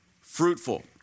fruitful